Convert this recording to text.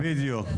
בדיוק.